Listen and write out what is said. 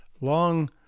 long